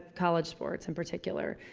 college sports in particular.